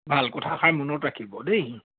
ভাল কথাষাৰ মনত ৰাখিব দেই